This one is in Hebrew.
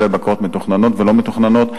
כולל בקרות מתוכננות ולא מתוכננות,